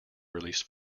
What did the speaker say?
released